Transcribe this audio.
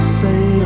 say